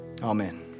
Amen